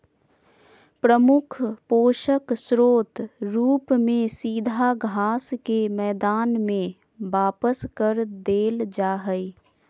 प्रमुख पोषक स्रोत रूप में सीधा घास के मैदान में वापस कर देल जा हइ